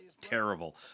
terrible